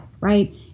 right